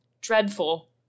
Dreadful